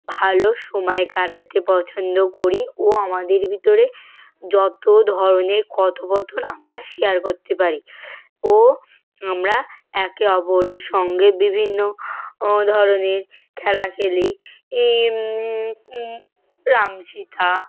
ভালো সময় কাটাতে পছন্দ করি ও আমাদের ভিতরে যত ধরনের কথোপকথন আমরা শেয়ার করতে পারি ও আমরা একে অপরের সঙ্গে বিভিন্ন ও ধরনের খেলা খেলি এই রাম সীতা